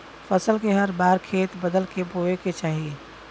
फसल के हर बार खेत बदल क बोये के चाही